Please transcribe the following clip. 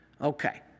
Okay